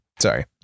Sorry